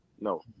No